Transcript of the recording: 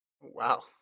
Wow